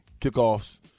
Kickoffs